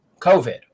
COVID